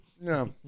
No